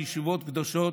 בישיבות קדושות,